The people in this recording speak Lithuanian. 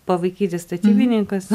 pavaikyti statybininkus